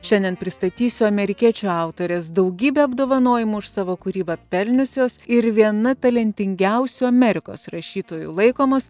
šiandien pristatysiu amerikiečių autorės daugybę apdovanojimų už savo kūrybą pelniusios ir viena talentingiausių amerikos rašytojų laikomos